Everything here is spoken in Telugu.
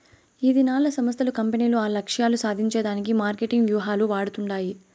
ఈదినాల్ల సంస్థలు, కంపెనీలు ఆల్ల లక్ష్యాలు సాధించే దానికి మార్కెటింగ్ వ్యూహాలు వాడతండాయి